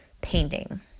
painting